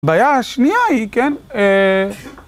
הבעיה השנייה היא, כן?